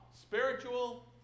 spiritual